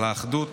על האחדות.